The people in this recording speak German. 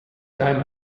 drei